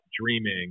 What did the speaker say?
dreaming